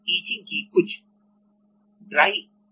etching की कुछ सूड्राई एचिंगdry etching तकनीक भी हैं